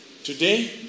Today